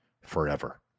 forever